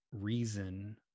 reason